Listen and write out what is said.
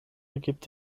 ergibt